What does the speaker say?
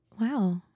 wow